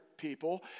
people